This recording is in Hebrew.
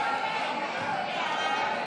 סעיף 1,